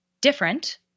different